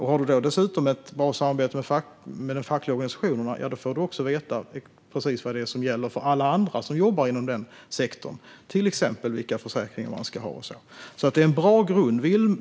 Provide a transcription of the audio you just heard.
Har man dessutom ett bra samarbete med de fackliga organisationerna får man veta vad som gäller för alla som jobbar inom den sektorn, till exempel vilka försäkringar man ska ha. Det är alltså en bra grund.